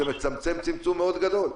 זה מצמצם צמצום מאוד גדול.